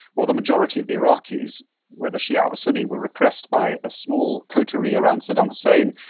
or the majority of the iraqis whether shia or sunni, were repressed by a small coterie around saddam hussein,